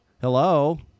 Hello